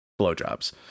blowjobs